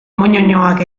moñoñoak